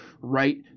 right